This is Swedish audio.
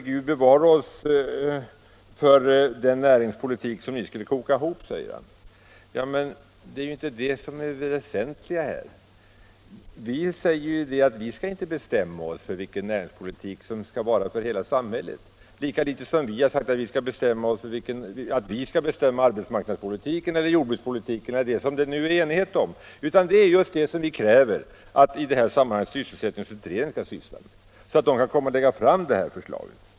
Gud bevare oss för den näringspolitik som ni skulle koka ihop, säger herr Svanberg. Men, herr Svanberg, detta är inte det väsentliga. Vi skall inte bestämma vilken näringspolitik som skall gälla för hela samhället lika litet som vi har sagt att vi skall bestämma den arbetsmarknadspolitik eller jordbrukspolitik som det nu råder enighet om. Vi kräver att sysselsättningsutredningen skall syssla med detta och lägga fram förslag.